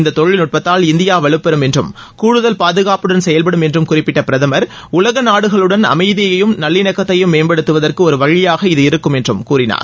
இந்த தொழில்நுட்பத்தால் இந்தியா வலுப்பெறும் என்றும் கூடுதல் பாதுகாப்புடன் செயல்படும் என்று குறிப்பிட்ட பிரதமர் உலக நாடுகளுடன் அமைதியையும் நல்லிணக்கத்தையும் மேம்படுத்துவதற்கு ஒரு வழியாக இது இருக்கும் என்றும் கூறினார்